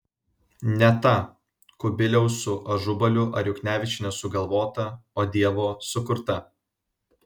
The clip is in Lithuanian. ne ta kubiliaus su ažubaliu ar juknevičiene sugalvota o dievo sukurta